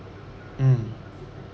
mm